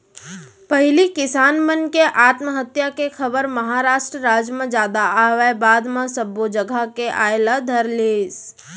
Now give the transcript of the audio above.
पहिली किसान मन के आत्महत्या के खबर महारास्ट राज म जादा आवय बाद म सब्बो जघा के आय ल धरलिस